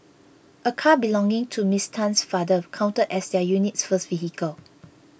a car belonging to Miss Tan's father counted as their unit's first vehicle